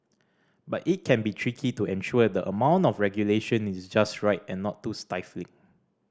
but it can be tricky to ensure that the amount of regulation is just right and not too stifling